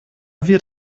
wird